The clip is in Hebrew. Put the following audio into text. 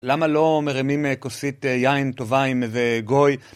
למה לא מרמים כוסית יין טובה עם איזה גוי?